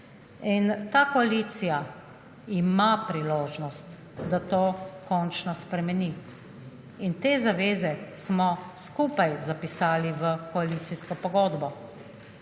Ta koalicija ima priložnost, da to končno spremeni in te zaveze smo skupaj zapisali v koalicijsko pogodbo